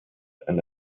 and